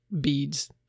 beads